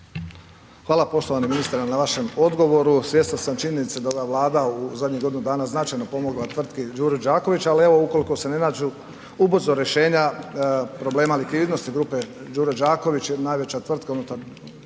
Hvala poštovani ministre na vašem odgovoru. Svjestan sam činjenice da je ova Vlada u zadnjih godinu dana značajno pomogla tvrtki Đuro Đaković, ali evo ukoliko se ne nađu ubrzo rješenja problema likvidnosti grupe Đuro Đaković, najveća tvrtka unutar